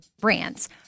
brands